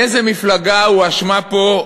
איזה מפלגה הואשמה פה,